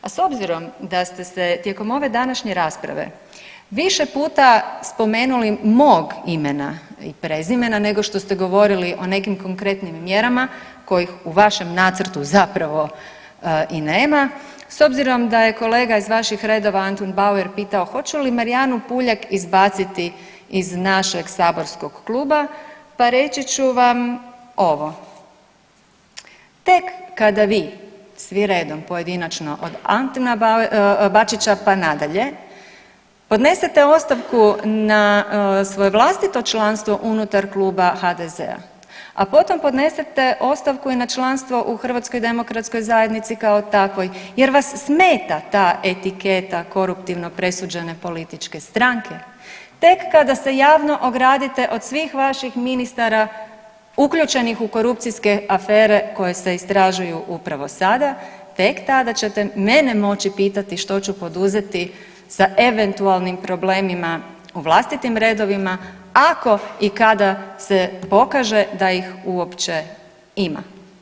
A s obzirom da ste se tijekom ove današnje rasprave više puta spomenuli mog imena i prezimena nego što ste govorili o nekim konkretnim mjerama kojeg u vašem nacrtu zapravo i nema, s obzirom da je kolega iz vaših redova Antun Bauer pitao hoću li Marijanu Puljak izbaciti iz našeg saborskog kluba, pa reći ću vam ovo, tek kada vi svi redom pojedinačno od Antuna Bačića pa nadalje podnesete ostavku na svoje vlastito članstvo unutar kluba HDZ-a, a potom podnesete ostavku i na članstvo u HDZ-u kao takvoj jer vas smeta ta etiketa koruptivno presuđene političke stranke, tek kada se javno ogradite od svih vaših ministara uključenih u korupcijske afere koje se istražuju upravo sada, tek tada ćete mene moći pitati što ću poduzeti sa eventualnim problemima u vlastitim redovima ako i kada se pokaže da ih uopće ima.